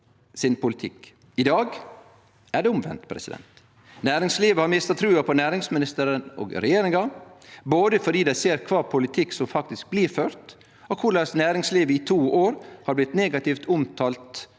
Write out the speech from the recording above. I dag er det omvendt. Næringslivet har mista trua på næringsministeren og regjeringa, både fordi dei ser kva politikk som faktisk blir ført, og korleis næringslivet i to år har blitt negativt omtalt